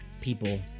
people